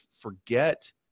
forget